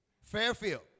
Fairfield